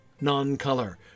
non-color